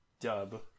dub